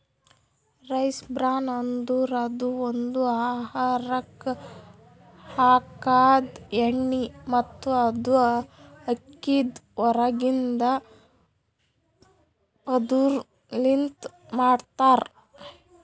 rice bran ಅಂದುರ್ ಇದು ಒಂದು ಆಹಾರಕ್ ಹಾಕದ್ ಎಣ್ಣಿ ಮತ್ತ ಇದು ಅಕ್ಕಿದ್ ಹೊರಗಿಂದ ಪದುರ್ ಲಿಂತ್ ಮಾಡ್ತಾರ್